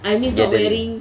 gathering